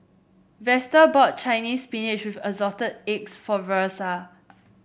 Vester bought Chinese Spinach with Assorted Eggs for Versa